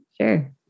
Sure